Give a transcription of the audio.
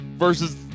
Versus